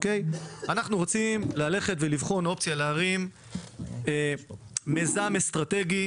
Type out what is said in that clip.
רוצים ללכת ולבחון אופציה להרים מיזם אסטרטגי